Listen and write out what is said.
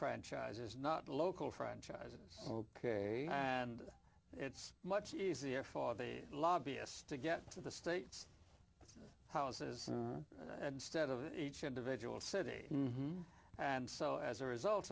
franchises not local franchises ok and it's much easier for the lobbyists to get to the states houses instead of each individual city and so as a result